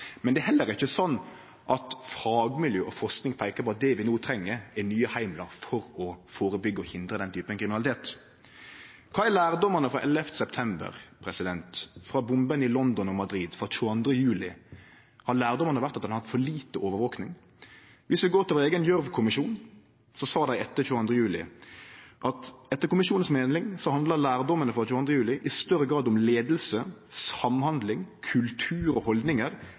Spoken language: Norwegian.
Men det er heller ikkje slik at fagmiljøa og forskinga peiker på at det vi no treng, er nye heimlar for å førebyggje og hindre den typen kriminalitet. Kva er lærdomane frå 11. september, frå bombene i London og Madrid eller frå 22. juli? Har lærdomane vore at ein har for lite overvaking? Viss vi går til vår eigen Gjørv-kommisjon, sa dei etter 22. juli: «Etter kommisjonens mening handler lærdommene» – frå 22. juli – «i større grad om ledelse, samhandling, kultur og